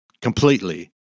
completely